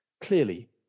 Clearly